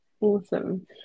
Awesome